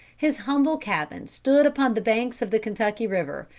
his humble cabin stood upon the banks of the kentucky river,